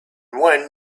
one